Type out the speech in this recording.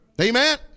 Amen